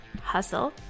Hustle